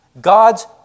God's